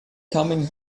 coming